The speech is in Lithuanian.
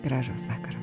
gražaus vakaro